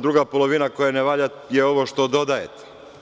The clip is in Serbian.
druga polovina koja ne valja je ovo što dodajete.